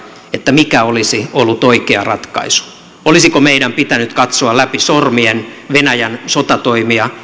mikä olisi ollut oikea ratkaisu olisiko meidän pitänyt katsoa läpi sormien venäjän sotatoimia